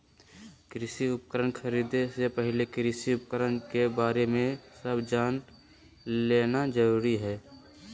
कृषि उपकरण खरीदे से पहले कृषि उपकरण के बारे में सब जान लेना जरूरी हई